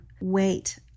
wait